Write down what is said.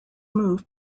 move